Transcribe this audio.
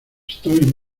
estoy